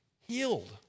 healed